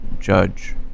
judge